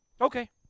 Okay